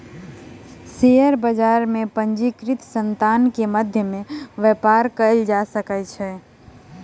share बजार में पंजीकृत संतान के मध्य में व्यापार कयल जा सकै छै